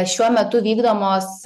šiuo metu vykdomos